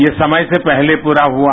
यह समय से पहले पूरा हुआ